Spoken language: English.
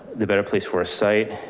the better place for a site,